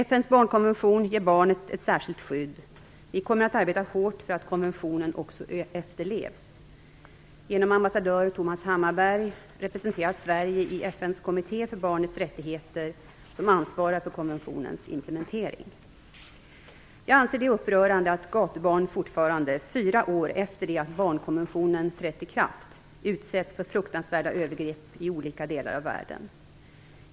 FN:s barnkonvention ger barnet ett särskilt skydd. Vi kommer att arbeta hårt för att konventionen också efterlevs. Genom ambassadör Thomas Hammarberg representeras Sverige i FN:s kommitté för barnets rättigheter, som ansvarar för konventionens implementering. Jag anser det upprörande att gatubarn fortfarande, fyra år efter det att barnkonventionen trätt i kraft, utsätts för fruktansvärda övergrepp i olika delar av världen.